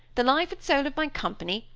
the life and soul of my company,